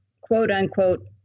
quote-unquote